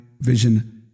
vision